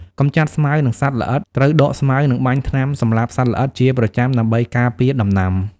កម្ចាត់ស្មៅ និងសត្វល្អិត ត្រូវដកស្មៅ និងបាញ់ថ្នាំសម្លាប់សត្វល្អិតជាប្រចាំដើម្បីការពារដំណាំ។